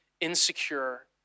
insecure